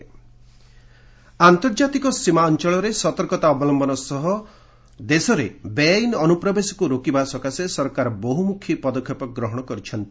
LS illegal migrate ଆନ୍ତର୍ଜାତିକ ସୀମା ଅଞ୍ଚଳରେ ସତର୍କତା ଅବଲମ୍ଘନ ସହ ଦେଶରେ ବେଆଇନ ଅନୁପ୍ରବେଶକୁ ରୋକିବା ସକାଶେ ସରକାର ବହୁମୁଖୀ ପଦକ୍ଷେପ ଗ୍ରହଣ କରିଛନ୍ତି